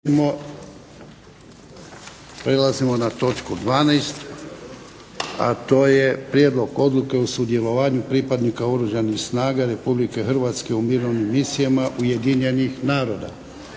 Dajem na glasovanje Prijedlog Odluke o sudjelovanju pripadnika Oružanih snaga Republike Hrvatske u mirovnim misijama Ujedinjenih naroda.